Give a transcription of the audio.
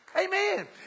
Amen